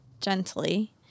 gently